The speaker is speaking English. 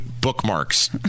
bookmarks